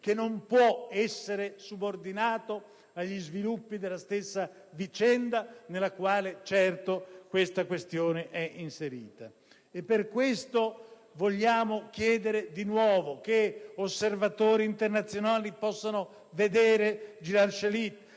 che non può essere subordinato agli sviluppi della stessa vicenda nella quale, certo, tale questione è inserita. Per questo vogliamo chiedere di nuovo che osservatori internazionali possano vedere Gilad Shalit,